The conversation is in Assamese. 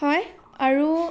হয় আৰু